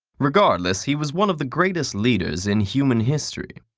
regardless, he was one of the greatest leaders in human history.